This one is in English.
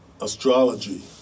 astrology